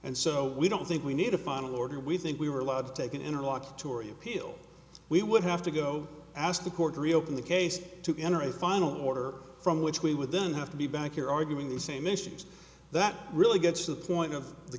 and so we don't think we need a final order we think we were allowed to take an interim walk turi appeal we would have to go ask the court to reopen the case to enter a final order from which we would then have to be back here arguing the same issues that really gets to the point of the